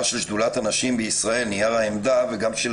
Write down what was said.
העמדה של שדולת הנשים בישראל וגם של